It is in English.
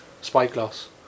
Spyglass